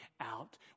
out